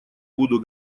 буду